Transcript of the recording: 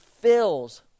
fills